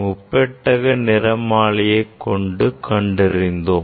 முப்பெட்டக நிறமாலைமானியை கொண்டு கண்டறிந்தோம்